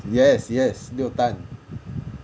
yes yes 六单